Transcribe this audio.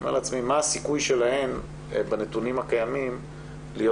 מה הסיכוי שלהן בנתונים הקיימים להיות